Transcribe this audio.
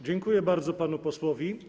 Dziękuję bardzo panu posłowi.